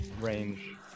range